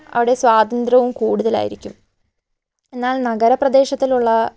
അവിടെ സ്വാതന്ത്ര്യവും കൂടുതലായിരിക്കും എന്നാൽ നഗരപ്രദേശത്തിലുള്ള